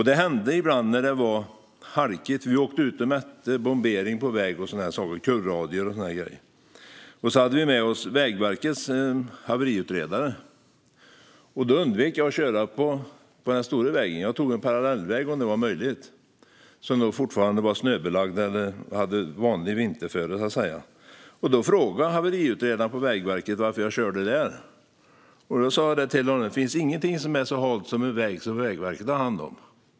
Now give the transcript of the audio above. Det hände ibland när det var halkigt att vi åkte ut och mätte bombering på väg, kurvradier och annat, och vi hade med oss Vägverkets haveriutredare. Då undvek jag att köra på den stora vägen och tog, om det var möjligt, en parallellväg som fortfarande var snöbelagd eller hade vanligt vinterföre. Haveriutredaren från Vägverket frågade då varför jag körde där. Då svarade jag: Det finns ingenting som är så halt som en väg som Vägverket har hand om.